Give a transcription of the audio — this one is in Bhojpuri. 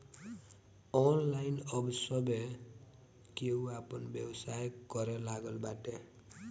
ऑनलाइन अब सभे केहू आपन व्यवसाय करे लागल बाटे